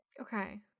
okay